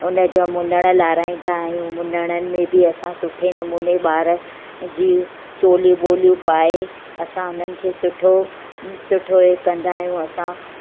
हुन जो मुनण लारिहाईंदा आहियूं मुनणनि में बि असां सुठे नमूने ॿार जी चोलियूं बोलियूं पाए असां उन्हनि खे सुठो सुठो इहो कंदा आहियूं असां